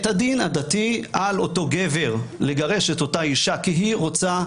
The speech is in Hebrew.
את הדין הדתי על אותו גבר לגרש את אותה אישה כי היא רוצה,